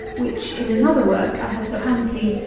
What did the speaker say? which, in another work i have so amply,